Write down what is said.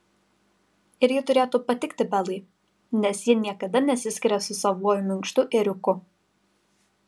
ir ji turėtų patikti belai nes ji niekada nesiskiria su savuoju minkštu ėriuku